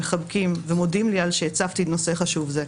מחבקים ומודים לי על שהצבתי נושא חשוב זה.